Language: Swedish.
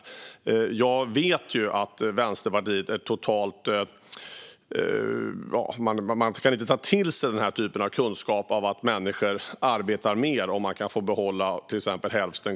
Men jag vet att Vänsterpartiet inte kan ta till sig den här typen av kunskap om att människor arbetar mer om de kan få behålla till exempel hälften.